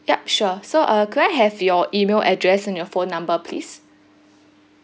ya sure so uh could I have your email address and your phone number please